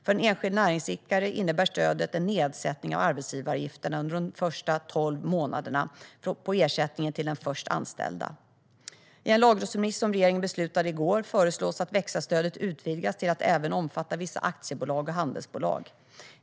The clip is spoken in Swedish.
För en enskild näringsidkare innebär stödet en nedsättning av arbetsgivaravgifterna under de första tolv månaderna på ersättningen till den först anställda. I en lagrådsremiss som regeringen beslutade om i går föreslås att växa-stödet utvidgas till att även omfatta vissa aktiebolag och handelsbolag.